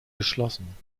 geschlossen